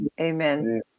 Amen